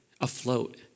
afloat